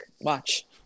watch